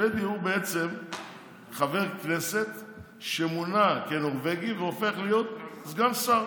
שבדי הוא בעצם חבר כנסת שמונה לנורבגי והופך להיות סגן שר.